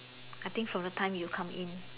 I think from the time you come in